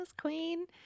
queen